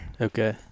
Okay